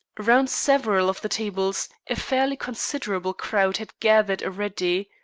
round several of the tables a fairly considerable crowd had gathered already.